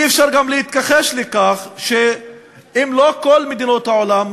אי-אפשר גם להתכחש לכך שאם לא כל מדינות העולם,